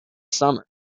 summer